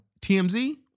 TMZ